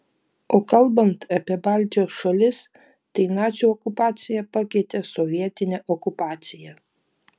o kalbant apie baltijos šalis tai nacių okupacija pakeitė sovietinę okupaciją